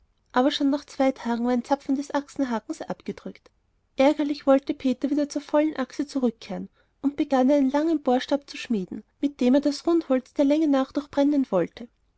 aber schon nach zwei tagen war ein zapfen des achsenhakens abgedrückt ärgerlich wollte peter wieder zur vollen achse zurückkehren und begann einen langen bohrstab zu schmieden mit dem er das rundholz der länge nach durchbrennen wollte